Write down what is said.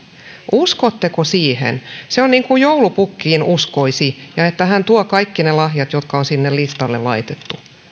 uskotteko siihen se on niin kuin uskoisi joulupukkiin ja siihen että hän tuo kaikki ne lahjat jotka on sinne listalle laitettu